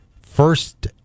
First